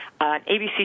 ABC